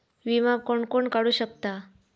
विमा कोण कोण काढू शकता?